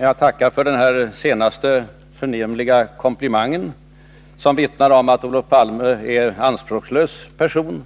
Herr talman! Jag tackar för den senaste, förnämliga komplimangen, som vittnar om att Olof Palme är en anspråkslös person.